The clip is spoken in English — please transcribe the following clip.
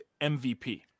MVP